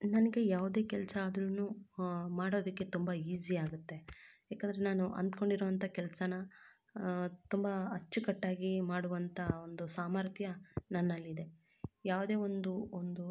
ನನಗೆ ಯಾವುದೇ ಕೆಲಸ ಆದ್ರು ಮಾಡೋದಕ್ಕೆ ತುಂಬ ಈಸಿ ಆಗುತ್ತೆ ಯಾಕಂದ್ರೆ ನಾನು ಅಂದುಕೊಂಡಿರೋಂಥ ಕೆಲ್ಸನ್ನ ತುಂಬ ಅಚ್ಚುಕಟ್ಟಾಗಿ ಮಾಡುವಂಥ ಒಂದು ಸಾಮರ್ಥ್ಯ ನನ್ನಲ್ಲಿದೆ ಯಾವುದೇ ಒಂದು ಒಂದು